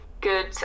good